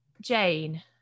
Jane